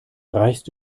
reichst